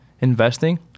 investing